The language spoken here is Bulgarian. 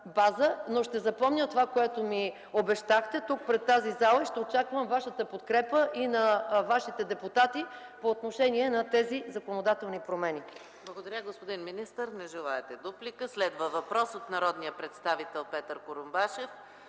но ще запомня това, което ми обещахте тук, пред тази зала, и ще очаквам Вашата и на Вашите депутати подкрепа по отношение на тези законодателни промени.